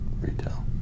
retail